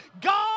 God